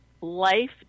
life